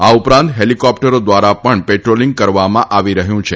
આ ઉપરાંત હેલીકોપ્ટરો વ્રારા પણ પેટ્રોલીંગ કરવામાં આવી રહ્યું છે